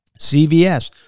cvs